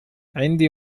عندي